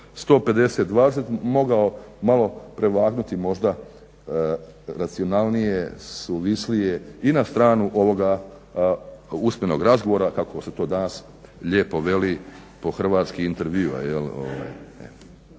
150-20 mogao malo prevagnuti možda racionalnije, suvislije i na stranu ovoga usmenog razgovora kako se to danas lijepo veli po hrvatski intervjua